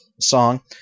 song